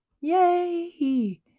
Yay